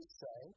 say